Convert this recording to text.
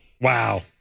Wow